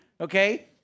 okay